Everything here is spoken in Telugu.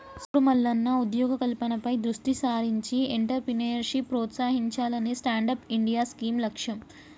సూడు మల్లన్న ఉద్యోగ కల్పనపై దృష్టి సారించి ఎంట్రప్రేన్యూర్షిప్ ప్రోత్సహించాలనే స్టాండప్ ఇండియా స్కీం లక్ష్యం